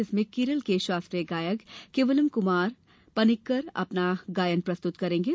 इसमें केरल के शास्त्रीय गायक केवलम श्रीकुमार पनिक्कर अपना गायन प्रस्तुत करेंगे